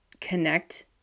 connect